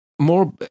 more